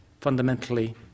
fundamentally